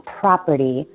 property